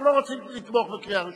אנחנו לא רוצים לתמוך בקריאה ראשונה.